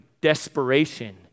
desperation